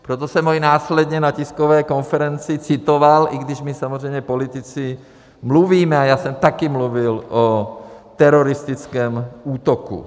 Proto jsem ho i následně na tiskové konferenci citoval, i když samozřejmě my politici mluvíme a já jsem taky mluvil o teroristickém útoku.